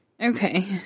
Okay